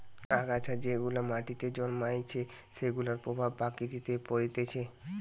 আগাছা যেগুলা মাটিতে জন্মাইছে সেগুলার প্রভাব প্রকৃতিতে পরতিছে